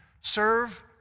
serve